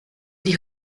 die